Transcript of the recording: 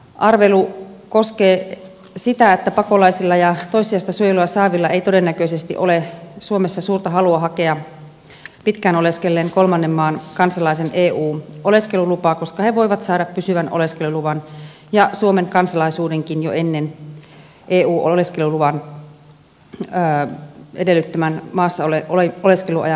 arvelu koskee sitä että pakolaisilla ja toissijaista suojelua saavilla ei todennäköisesti ole suomessa suurta halua hakea pitkään oleskelleen kolmannen maan kansalaisen eu oleskelulupaa koska he voivat saada pysyvän oleskeluluvan ja suomen kansalaisuudenkin jo ennen eu oleskeluluvan edellyttämän maassaoleskeluajan täyttymistä